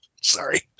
Sorry